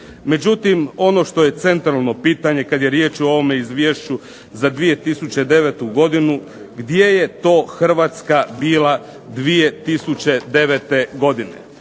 Međutim ono što je centralno pitanje kada je riječ o ovome izvješću za 2009. godinu gdje je to Hrvatska bila 2009. godine?